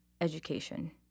Education